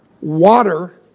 water